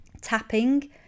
Tapping